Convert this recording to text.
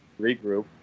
Regroup